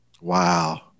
Wow